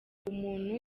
umuntu